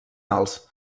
alts